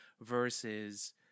versus